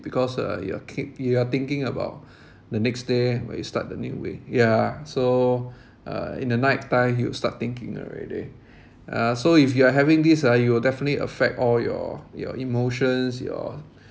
because uh you're keep you're thinking about the next day when you start the new week yeah so uh in the night time you'll start thinking already uh so if you are having these ah it will definitely affect all your your emotions your